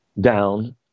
down